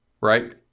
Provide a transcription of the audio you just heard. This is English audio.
right